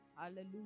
Hallelujah